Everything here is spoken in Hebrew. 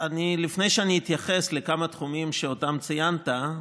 לפני שאני אתייחס לכמה תחומים שאותם ציינת,